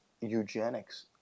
eugenics